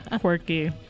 Quirky